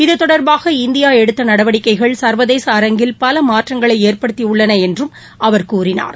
இது தொடர்பாக இந்தியா எடுத்த நடவடிக்கைகள் சர்வதேச அரங்கில் பல மாற்றங்களை ஏற்படுத்தி உள்ளன என்றும் அவர் கூறினார்